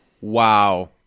Wow